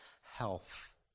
health